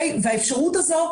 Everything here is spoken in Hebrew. והאפשרות הזו,